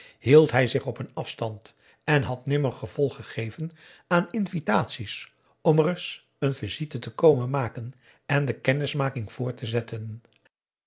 hield hij zich op een afstand en had nimmer gevolg gegeven aan invitaties om reis n visite te komen maken en de kennismaking voort te zetten